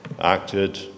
acted